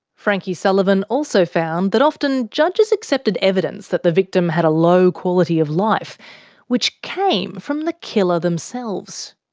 frankie sullivan also found that often judges accepted evidence that the victim had a low quality of life which came from the killer themselves.